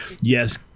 Yes